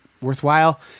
worthwhile